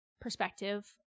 perspective